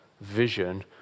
vision